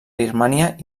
birmània